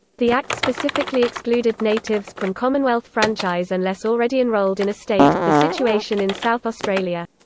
the act specifically excluded natives from commonwealth franchise unless already enrolled in a state, the situation in south australia.